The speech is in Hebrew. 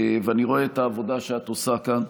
ואני רואה את העבודה שאת עושה כאן,